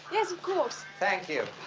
yes of course thank you.